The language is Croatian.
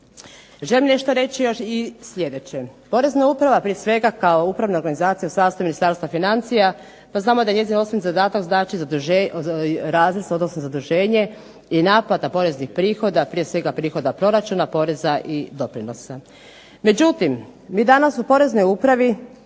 Želim nešto reći još i sljedeće: porezna uprava prije svega kao upravna organizacija u sastavu Ministarstva financija to znamo da njezin osnovni zadatak znači zaduženje i napad na porezni prihod, a prije svega prihoda proračuna, poreza i doprinosa. Međutim, mi danas u poreznoj upravi,